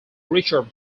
richard